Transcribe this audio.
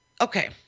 okay